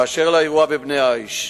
באשר לאירוע בבני-עי"ש,